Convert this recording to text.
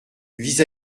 vis